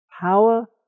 power